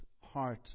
heart